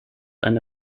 eine